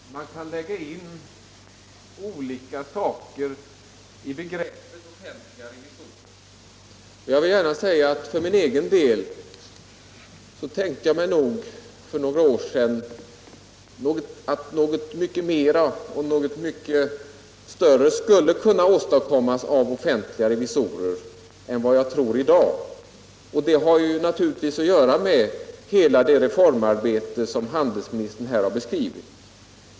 Fru talman! Man kan lägga in olika saker i begreppet offentliga revisorer. För några år sedan tänkte jag mig att något mycket mer och mycket större skulle kunna åstadkommas av offentliga revisorer än jag tror i dag. Det har naturligtvis att göra med hela det reformarbete som handelsministern här har beskrivit.